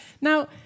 Now